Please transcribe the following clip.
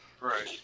right